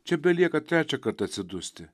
čia belieka trečią kartą atsidusti